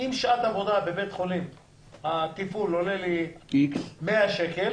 אם שעת עבודה בבית חולים הטיפול עולה לי 100 שקל,